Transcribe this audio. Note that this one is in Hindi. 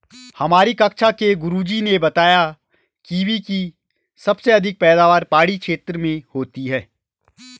हमारी कक्षा के गुरुजी ने बताया कीवी की सबसे अधिक पैदावार पहाड़ी क्षेत्र में होती है